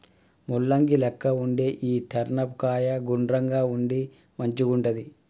ముల్లంగి లెక్క వుండే ఈ టర్నిప్ కాయ గుండ్రంగా ఉండి మంచిగుంటది